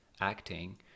acting